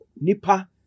Nipa